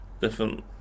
different